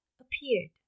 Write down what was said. appeared